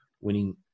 winning